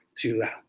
throughout